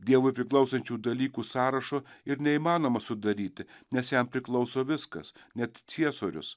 dievui priklausančių dalykų sąrašo ir neįmanoma sudaryti nes jam priklauso viskas net ciesorius